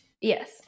Yes